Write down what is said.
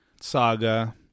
saga